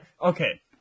okay